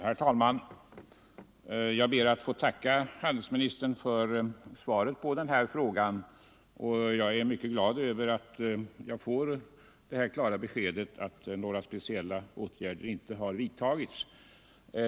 Herr talman! Jag ber att få tacka handelsministern för svaret på min fråga. Jag är mycket glad över att jag får det klara beskedet att några speciella åtgärder inte har vidtagits.